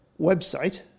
website